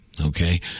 Okay